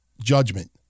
judgment